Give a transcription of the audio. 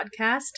Podcast